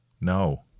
No